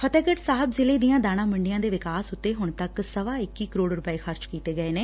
ਫਤਹਿਗੜ ਸਾਹਿਬ ਜ਼ਿਲ੍ਹੇ ਦੀਆਂ ਦਾਣਾ ਮੰਡੀਆਂ ਦੇ ਵਿਕਾਸ ਉਤੇ ਹੁਣ ਤੱਕ ਸਵਾ ਇੱਕੀ ਕਰੋੜ ਰੁਪੈ ਖਰਚ ਕੀਤੇ ਨੇ